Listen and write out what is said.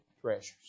treasures